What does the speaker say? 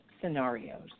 scenarios